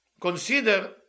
consider